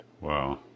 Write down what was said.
Wow